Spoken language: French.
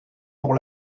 pour